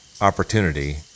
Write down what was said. opportunity